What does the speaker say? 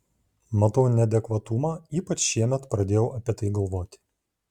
matau neadekvatumą ypač šiemet pradėjau apie tai galvoti